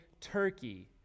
Turkey